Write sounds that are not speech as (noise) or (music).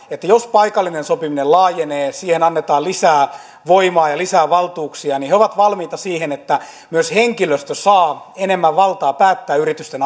että jos paikallinen sopiminen laajenee ja siihen annetaan lisää voimaa ja lisää valtuuksia niin suomen yrittäjät on valmis siihen että myös henkilöstö saa enemmän valtaa päättää yritysten (unintelligible)